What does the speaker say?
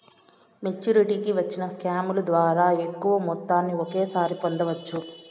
మెచ్చురిటీకి వచ్చిన స్కాముల ద్వారా ఎక్కువ మొత్తాన్ని ఒకేసారి పొందవచ్చు